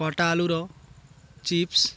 କଟା ଆଳୁର ଚିପ୍ସ୍